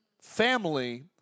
Family